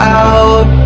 out